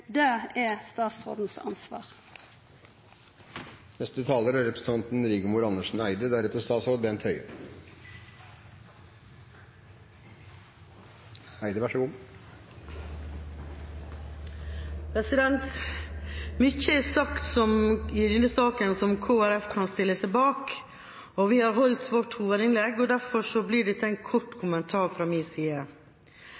det er statsråden sitt ansvar. Mye er sagt i denne saken som Kristelig Folkeparti kan stille seg bak. Vi har holdt vårt hovedinnlegg, og derfor blir dette en kort kommentar fra min side.